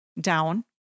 down